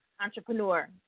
entrepreneur